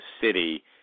city